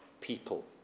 people